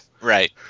right